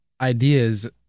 ideas